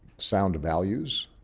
sound values,